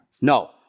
No